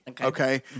okay